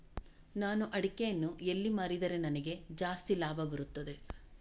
ನಾನು ಅಡಿಕೆಯನ್ನು ಎಲ್ಲಿ ಮಾರಿದರೆ ನನಗೆ ಜಾಸ್ತಿ ಲಾಭ ಬರುತ್ತದೆ?